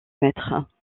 maître